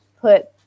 put